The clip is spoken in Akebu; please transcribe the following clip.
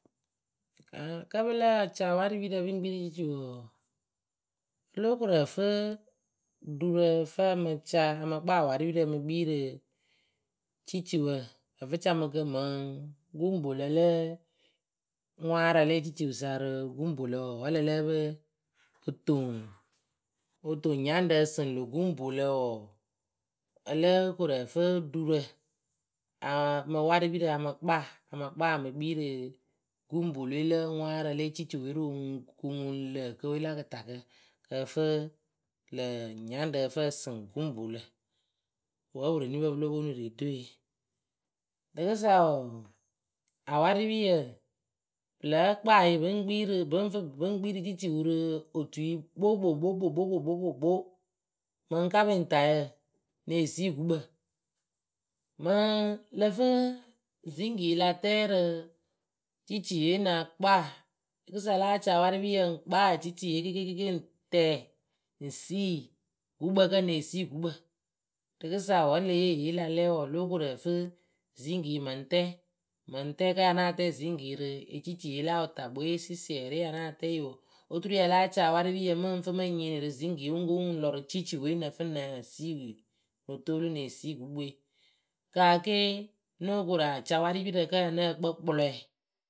kǝ́ pɨ láa ca warɨpirǝ pɨŋ kpii rɨ ciciwǝ wǝǝ o lóo koru ǝ fɨ ɖurǝ ǝ fɨ a mɨ ca a mɨ kpaa warɨpirǝ ǝ mɨŋ kpii rɨ ciciwǝ ǝfɨcamɨkǝ mɨŋ guŋpolǝ lǝ ŋwaarǝ le ciciwǝ sa rɨ guŋpolǝ wǝǝ wǝ́ a lǝ lǝ́ǝ pɨ o toŋ nyaŋrǝ ǝsɨŋ lö guŋpolǝ wǝǝ olóo koru ǝfɨ ɖurǝ mɨ warɨpirǝ a mɨ kpaa a mɨ kpa e mɨ kpii rɨ guŋpolǝ we lǝ ŋwaarǝ le cici we rɨ kɨŋuŋlǝkǝ we la kɨtakǝ kɨ ǝ fɨ lǝ nyaŋrǝ ǝ fɨ ǝsɨŋ guŋpolǝ wǝ́ oporonipǝ pɨ lóo pwo onuŋ ridoe rɨkɨsa wǝǝ awarɨpiyǝ pɨ láa kpaa yɨ pɨŋ kpii rɨ bɨŋ fɨ pɨŋ kpii rɨ ciciwǝ rɨ otui kpo- kpo- kpo- kpo- kpo- Kpo mɨŋ kapɩŋtayǝ neh sii gukpǝ mɨŋ lǝ fɨ ziŋkii la tɛ rɨ ciciye na kpaa rɨkɨsa láa ca awarɨpiyǝ ŋ kpaa eciiye kɩɩkɩ kɩɩkɩ ŋ tɛɛ ŋ sii gukpǝ kǝ́ neh sii gukpǝ rɨkɨsa wǝ́ le yee eye la lɛ wǝǝ lóo koru ǝfɨ ziŋkii mɨŋ tɛ mɨŋ tɛ kǝ́ ya náa tɛɛ ziŋgii rɨ eciciye la wɨtakpǝ we kǝ́ ŋ ya náa tɛ yɨ wǝǝ oturu ya láa ca awarɨpiyǝ mɨŋ fɨ mɨŋ nyɩɩnɩ rɨ ziŋgii ye wɨŋ ko wɨŋ lɔ rɨ ciciwe nǝ fɨ neh sii no toollu neh sii gukpǝ we kaa ke nóo koru a ca warɨpirǝ kǝ́ ya nǝ́ǝ kpǝ kpɨlɔyǝ.